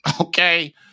Okay